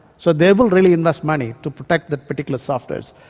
so they will really invest money to protect the particular softwares.